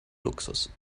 luxus